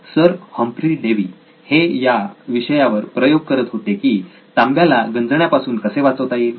sir Humphry Davy हे या विषयावर प्रयोग करत होते की तांब्याला गंजण्यापासून कसे वाचवता येईल